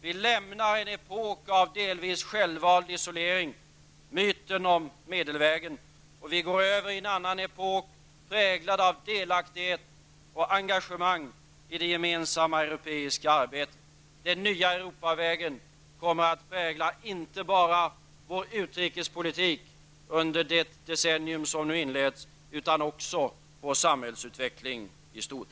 Vi lämnar en epok av delvis självvald isolering och myten om medelvägen, och vi går över i en annan epok, präglad av delaktighet och engagemang i det gemensamma europeiska arbetet. Den nya Europavägen kommer att prägla inte bara vår utrikespolitik under det decennium som nu inleds, utan också vår samhällsutveckling i stort.